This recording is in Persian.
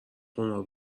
قمار